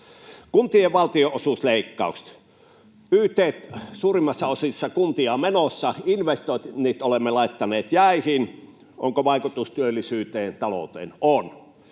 Kuntien valtionosuusleikkaukset: Yt:t ovat menossa suurimmassa osassa kuntia. Investoinnit olemme laittaneet jäihin. Onko vaikutusta työllisyyteen, talouteen? On.